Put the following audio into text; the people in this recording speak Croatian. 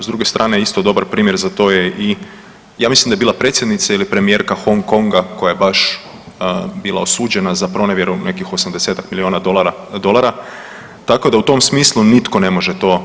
S druge strane isto dobar primjer za to je i ja mislim da je bila predsjednica ili premijerka Hong Konga koja je baš bila osuđena za pronevjeru nekih 80-ak milijuna dolara, tako da u tom smislu nitko ne može to